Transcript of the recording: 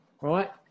right